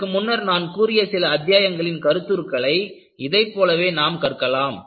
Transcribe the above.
இதற்கு முன்னர் நான் கூறிய சில அத்தியாயங்களின் கருத்துருக்களை இதைப்போலவே நாம் கற்கலாம்